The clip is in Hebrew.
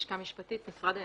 מהלשכה המשפטית במשרד האנרגיה.